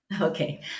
Okay